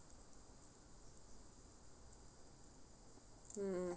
mm